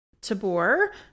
Tabor